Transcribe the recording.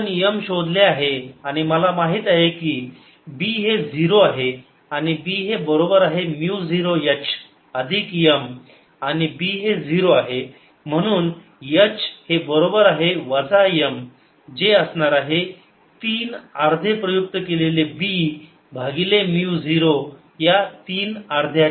आपण M शोधले आहे आणि मला माहित आहे की B हे 0 आहे आणि B हे बरोबर आहे म्यु 0 H अधिक M आणि B हे 0 आहे म्हणून H हे बरोबर आहे वजा M जी असणार आहे 3 अर्धे प्रयुक्त केलेले B भागिले म्यु 0 या 3 अर्ध्याच्या